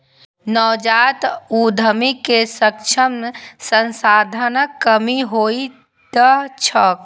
नवजात उद्यमीक समक्ष संसाधनक कमी होइत छैक